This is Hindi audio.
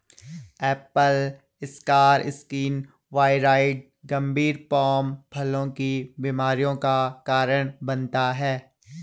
एप्पल स्कार स्किन वाइरॉइड गंभीर पोम फलों की बीमारियों का कारण बनता है